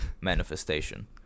manifestation